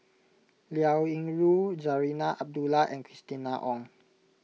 Liao Yingru Zarinah Abdullah and Christina Ong